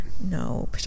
no